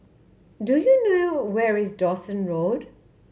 do you know where is Dawson Road